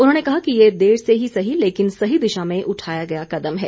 उन्होंने कहा कि यह देर से ही सही लेकिन सही दिशा में उठाया गया कदम है